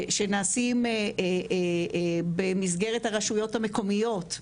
שנעשים במסגרת הרשויות המקומיות,